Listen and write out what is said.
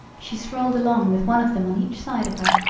she strolled alone with one of them on each side of her